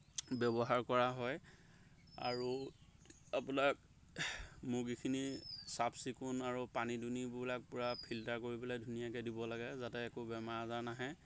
ব্যৱহাৰ কৰা হয় আৰু আপোনাৰ মুৰ্গীখিনি চাফ চিকুণ আৰু পানী দুনীবিলাক পূৰা ফিল্টাৰ কৰি পেলাই ধুনীয়াকৈ দিব লাগে যাতে একো বেমাৰ আজাৰ নাহে